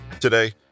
Today